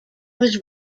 was